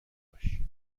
باش